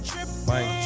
Mike